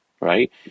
right